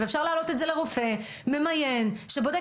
ואפשר להעלות את זה לרופא ממיין שבודק